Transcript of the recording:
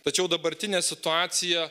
tačiau dabartinė situacija